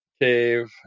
cave